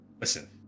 Listen